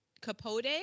Capote